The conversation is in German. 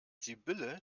sibylle